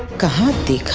god the